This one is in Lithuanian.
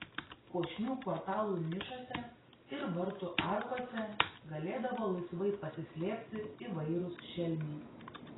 puošnių portalų nišose ir vartų arkose galėdavo laisvai pasislėpti įvairūs šelmiai